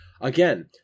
again